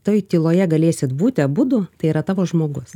toj tyloje galėsit būti abudu tai yra tavo žmogus